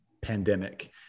pandemic